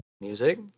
music